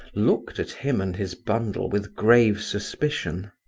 looked at him and his bundle with grave suspicion.